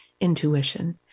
intuition